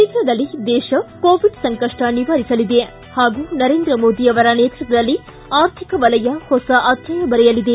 ಶೀಘ್ರದಲ್ಲೇ ದೇಶವು ಕರೋನಾ ಸಂಕಷ್ಟ ನಿವಾರಿಸಲಿದೆ ಹಾಗೂ ನರೇಂದ್ರಮೋದಿಯವರ ನೇತೃತ್ವದಲ್ಲಿ ಆರ್ಥಿಕವಲಯದ ಹೊಸ ಅಧ್ಯಾಯ ಬರೆಯಲಿದೆ